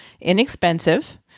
inexpensive